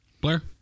Blair